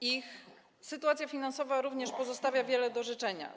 Ich sytuacja finansowa również pozostawia wiele do życzenia.